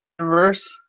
reverse